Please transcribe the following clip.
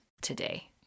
today